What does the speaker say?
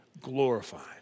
glorified